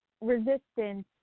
resistance